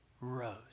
rose